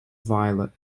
violet